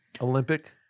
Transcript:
Olympic